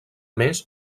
més